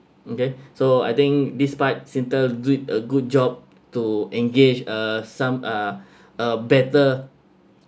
okay so I think this part singtel did a good job to engage uh some uh a better